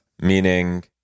Meaning